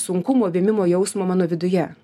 sunkumo vėmimo jausmo mano viduje